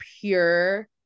pure